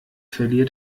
verliert